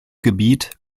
gebiet